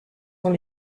dans